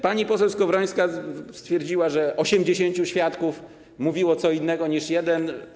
Pani poseł Skowrońska stwierdziła, że 80 świadków mówiło co innego niż jeden.